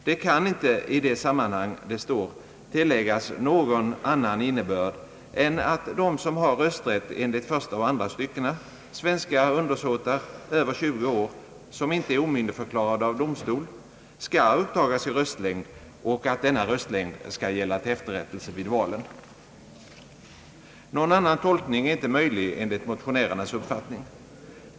Det kan inte, i det sammanhang det står, tilläggas någon annan innebörd än att de som har rösträtt enligt första och andra styckena — svenska undersåtar över 20 år som inte är omyndigförklarade av domstol — skall upptagas i röstlängd, och att denna röstlängd skall gälla till efterrättelse vid riksdagsvalen. Någon annan tolkning är inte möjlig enligt motionärernas uppfattning.